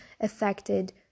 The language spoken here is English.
affected